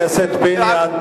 חבר הכנסת פיניאן,